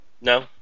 No